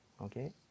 Okay